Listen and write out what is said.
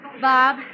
Bob